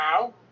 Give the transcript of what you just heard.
now